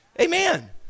Amen